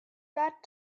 that